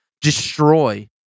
destroy